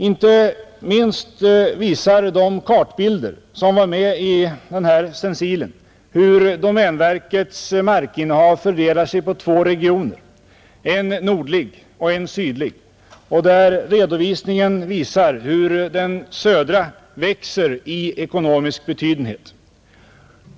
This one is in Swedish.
Inte minst visar de kartbilder som var med i stencilen hur domänverkets markinnehav fördelar sig på två regioner — en nordlig och en sydlig — och av redovisningen framgår hur den södra växer i ekonomisk "betydelse.